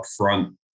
upfront